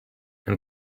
and